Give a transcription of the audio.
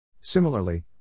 Similarly